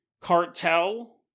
Cartel